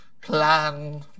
plan